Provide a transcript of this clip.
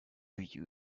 you